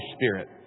Spirit